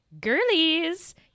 girlies